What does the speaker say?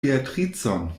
beatricon